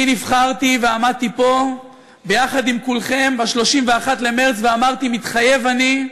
אני נבחרתי ועמדתי פה יחד עם כולכם ב-31 במרס ואמרתי "מתחייב אני",